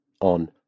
on